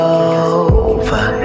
over